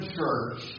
Church